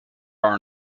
are